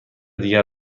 دیگر